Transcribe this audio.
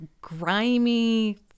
grimy